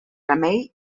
remei